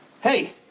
Hey